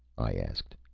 i asked.